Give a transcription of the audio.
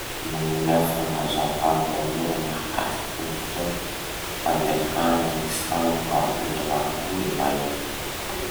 Afaky magnome fanazavà moramora mahakasiky gny fomba fandehana gny sambo ambony rano eny va iha?